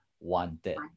wanted